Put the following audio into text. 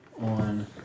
on